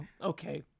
Okay